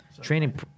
training